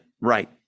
right